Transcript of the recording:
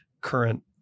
current